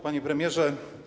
Panie Premierze!